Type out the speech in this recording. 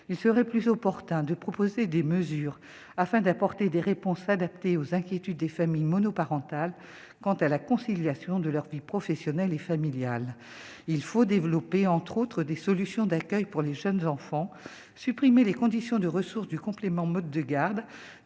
il serait plus opportun de proposer des mesures afin d'apporter des réponses adaptées aux inquiétudes des familles monoparentales, quant à la conciliation de leur vie professionnelle et familiale, il faut développer, entre autres, des solutions d'accueil pour les jeunes enfants, supprimer les conditions de ressources du complément mode de garde,